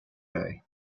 lei